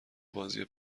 بازی